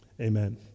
amen